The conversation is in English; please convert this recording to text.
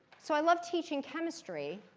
so i love teaching chemistry,